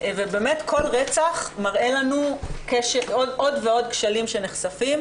ובאמת כל רצח מראה לנו עוד ועוד כשלים שנחשפים,